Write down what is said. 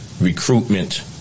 recruitment